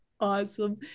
Awesome